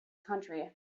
country